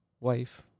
wife